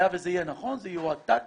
היה וזה יהיה נכון, זה יועתק